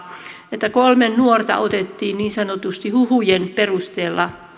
että kolme nuorta otettiin niin sanotusti huhujen perusteella